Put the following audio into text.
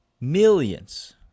millions